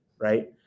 right